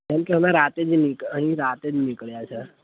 કેમકે અમે રાત્રે જ અહીં રાત્રે જ નીકળ્યા છીએ